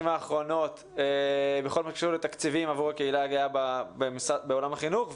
האחרונות בכל מה שקשור לתקציבים עבור הקהילה הגאה בעולם החינוך,